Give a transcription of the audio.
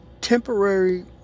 temporary